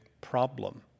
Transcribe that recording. problem